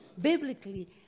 biblically